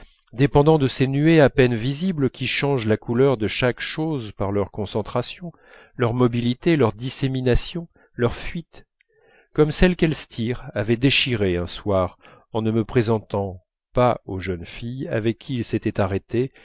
dépendant de ces nuées à peine visibles qui changent la couleur de chaque chose par leur concentration leur mobilité leur dissémination leur fuite comme celle qu'elstir avait déchirée un soir en ne me présentant pas aux jeunes filles avec qui il s'était arrêté